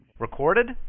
Recorded